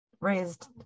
Raised